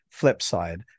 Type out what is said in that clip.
Flipside